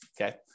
okay